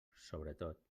sobretot